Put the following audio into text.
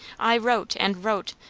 i wrote, and wrote,